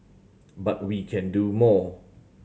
but we can do more